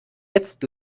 jetzt